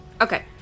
Okay